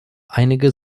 einige